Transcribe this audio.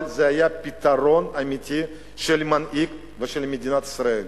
אבל זה היה פתרון אמיתי של מנהיג ושל מדינת ישראל.